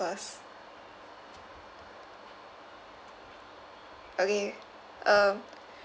first okay uh